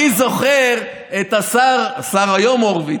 אני זוכר את השר, היום השר הורוביץ: